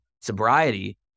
sobriety